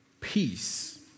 peace